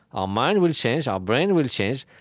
our mind will change, our brain will change.